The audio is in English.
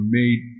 made